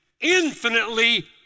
infinitely